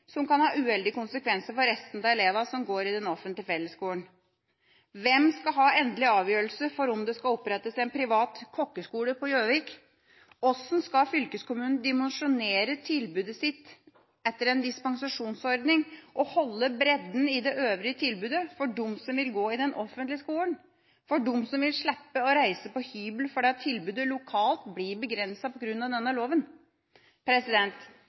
som kan ha uheldige konsekvenser for resten av elevene som går i den offentlige fellesskolen. Hvem skal ta en endelig avgjørelse for om det skal opprettes en privat kokkeskole på Gjøvik? Hvordan skal fylkeskommunen dimensjonere tilbudet sitt etter en dispensasjonsordning og holde bredden i det øvrige tilbudet for dem som vil gå i den offentlige skolen, for dem som vil slippe å reise på hybel? For tilbudet lokalt blir begrenset på grunn av denne loven.